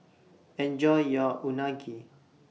Enjoy your Unagi